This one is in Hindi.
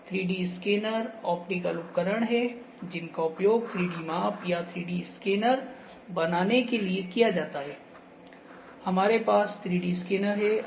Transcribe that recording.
3D स्कैनर ऑप्टिकल उपकरण हैं जिनका उपयोग 3D माप या 3D स्कैनर बनाने के लिए किया जाता है हमारे पास 3D स्कैनर हैं